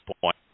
point